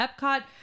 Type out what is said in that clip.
Epcot